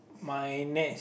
my next